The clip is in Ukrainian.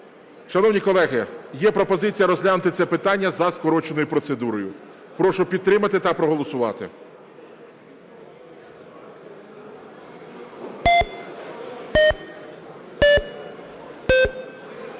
Шановні колеги, пропоную розглянути це питання за скороченою процедурою. Прошу підтримати та проголосувати.